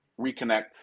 reconnect